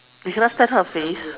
you cannot stand her face